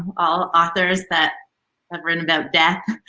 ah authors that that wrote about death,